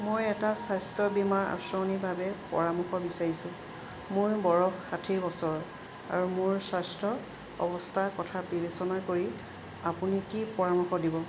মই এটা স্বাস্থ্য বীমা আঁচনি বাবে পৰামৰ্শ বিচাৰিছোঁ মোৰ বয়স ষাঠি বছৰ আৰু মোৰ স্বাস্থ্য অৱস্থা কথা বিবেচনা কৰি আপুনি কি পৰামৰ্শ দিব